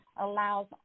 allows